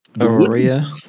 aurora